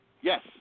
Yes